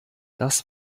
das